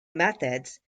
methods